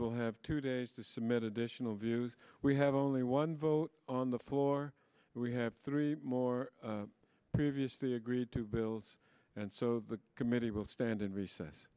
will have two days to submit additional views we have only one vote on the floor and we have three more previously agreed to bills and so the committee will stand in recess